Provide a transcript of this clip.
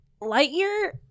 Lightyear